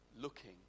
looking